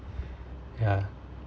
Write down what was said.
ya